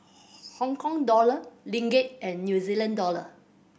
Hong Kong Dollar Ringgit and New Zealand Dollar